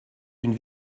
une